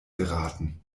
geraten